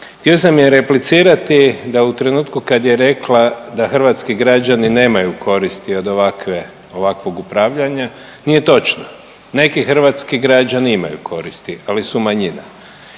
Htio sam joj replicirati da u trenutku kada je rekla da hrvatski građani nemaju koristi od ovakvog upravljanja nije točno. Neki hrvatski građani imaju koristi, ali su u manjini.